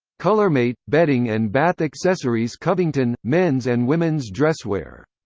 colormate bedding and bath accessories covington men's and women's dresswear.